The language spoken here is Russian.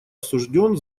осужден